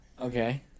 Okay